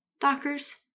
Dockers